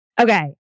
Okay